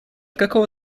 какого